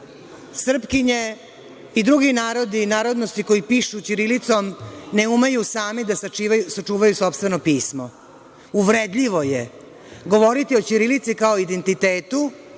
srpkinje i drugi narodi i narodnosti koji pišu ćirilicom ne umeju sami da sačuvaju sopstveno pismo. Uvredljivo je govoriti o ćirilici kao o identitetu